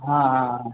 हाँ हाँ हाँ